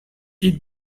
eat